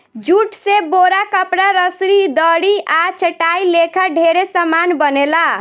jute से बोरा, कपड़ा, रसरी, दरी आ चटाई लेखा ढेरे समान बनेला